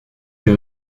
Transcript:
des